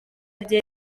rye